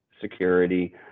security